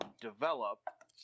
develop